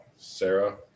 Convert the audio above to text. Sarah